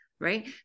right